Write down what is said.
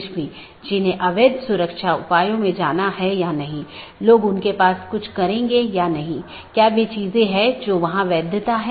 क्योंकि प्राप्त करने वाला स्पीकर मान लेता है कि पूर्ण जाली IBGP सत्र स्थापित हो चुका है यह अन्य BGP साथियों के लिए अपडेट का प्रचार नहीं करता है